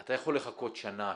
אתה יכול לחכות שנה,